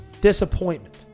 Disappointment